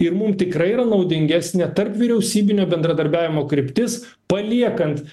ir mum tikrai yra naudingesnė tarpvyriausybinio bendradarbiavimo kryptis paliekant